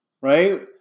right